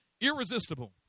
irresistible